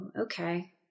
okay